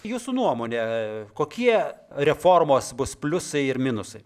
jūsų nuomone kokie reformos bus pliusai ir minusai